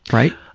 right?